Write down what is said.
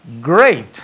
Great